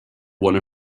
one